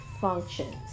functions